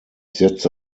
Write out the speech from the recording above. setze